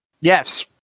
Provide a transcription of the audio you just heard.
yes